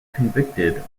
convicted